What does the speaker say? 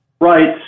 Right